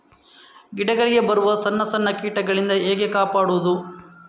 ಗಿಡಗಳಿಗೆ ಬರುವ ಸಣ್ಣ ಸಣ್ಣ ಕೀಟಗಳಿಂದ ಹೇಗೆ ಕಾಪಾಡುವುದು?